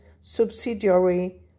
subsidiary